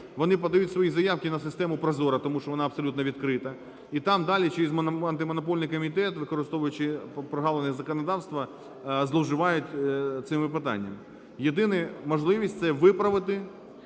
Вони подають свої заявки на систему ProZorro, тому що вона абсолютно відкрита. І там далі через Антимонопольний комітет, використовуючи прогалини законодавства, зловживають цими питаннями. Єдина можливість - це виправити